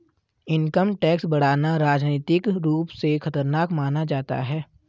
income tax बढ़ाना राजनीतिक रूप से खतरनाक माना जाता है